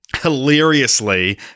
hilariously